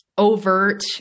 Overt